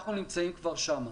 אנחנו נמצאים כבר שם.